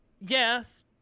Yes